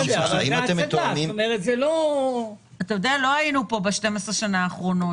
לא היינו פה ב-12 השנים האחרונות.